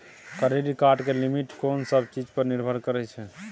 Credit card के limit कोन सब चीज पर निर्भर करै छै?